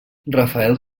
rafel